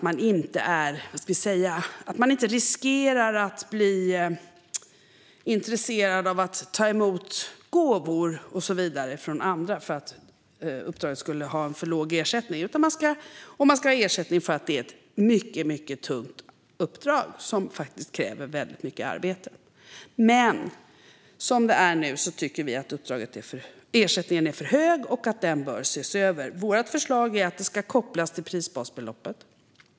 Man ska inte riskera att bli intresserad av att ta emot gåvor från andra på grund av att uppdraget ges en för låg ersättning, och man ska få ersättning för att det är ett mycket tungt uppdrag som faktiskt kräver mycket arbete. Men som det är nu tycker vi att ersättningen är för hög och att den bör ses över. Vårt förslag är att ersättningen ska kopplas till prisbasbeloppet.